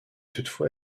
toutefois